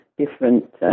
different